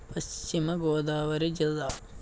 పశ్చిమ గోదావరి జిల్లా